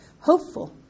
Hopeful